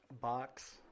box